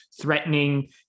threatening